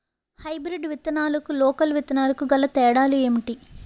Hybrid విత్తనాలకు local విత్తనాలకు గల తేడాలు ఏంటి?